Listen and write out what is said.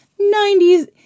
90s